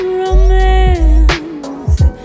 romance